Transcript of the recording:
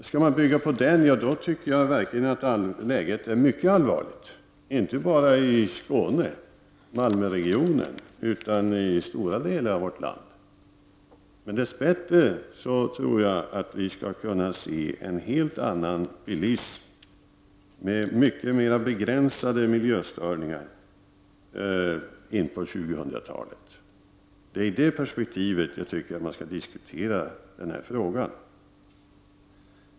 Om man skall bygga på denna bild är läget verkligen mycket allvarligt, inte bara i Malmöregionen utan i stora delar av vårt land. Jag tror att vi dess bättre skall kunna se en helt annan bilism med mycket mer begränsade miljöstörningar in på 2000-talet. Det är i detta perspektiv som jag tycker att man skall diskutera denna fråga.